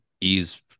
ease